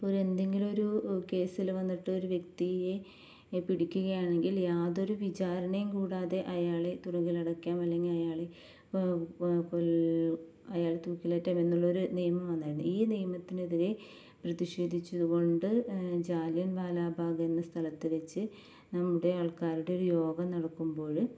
ഇപ്പോൾ ഒരു എന്തെങ്കിലും ഒര് കേസില് വന്നിട്ട് ഒരു വ്യക്തിയെ പിടിക്കുകയാണെങ്കില് യാതൊരു വിചാരണയും കൂടാതെ അയാളെ തുറുങ്കില് അടക്കാം അല്ലെങ്കില് അയാളെ ഇപ്പോൾ കൊല് അയാളെ തൂക്കിലേറ്റാം എന്നൊള്ളൊരു നിയമം വന്നായിരുന്നു ഈ നിയമത്തിനെതിരെ പ്രതിഷേധിച്ചത് കൊണ്ട് ജാലിയന് വാലാബാഗ് എന്ന സ്ഥലത്ത് വച്ചു നമ്മുടെ ആള്ക്കാരുടെ യോഗം നടക്കുമ്പോഴ്